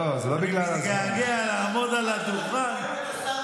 אני מתגעגע לעמוד על הדוכן.